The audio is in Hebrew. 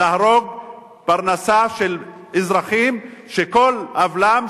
להרוג פרנסה של אזרחים שכל העוולה שלהם